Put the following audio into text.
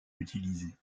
utilisés